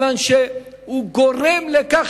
מכיוון שהוא גורם לכך,